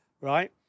right